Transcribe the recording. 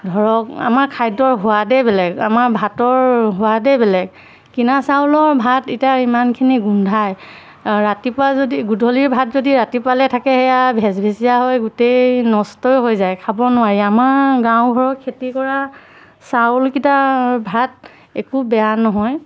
ধৰক আমাৰ খাদ্যৰ সোৱাদেই বেলেগ আমাৰ ভাতৰ সোৱাদেই বেলেগ কিনা চাউলৰ ভাত এতিয়া ইমানখিনি গোন্ধাই ৰাতিপুৱা যদি গধূলিৰ ভাত যদি ৰাতিপুৱালৈ থাকে সেয়া ভেজ ভেজিয়া হৈ গোটেই নষ্টই হৈ যায় খাব নোৱাৰি আমাৰ গাঁও ঘৰত খেতি কৰা চাউলকিটা ভাত একো বেয়া নহয়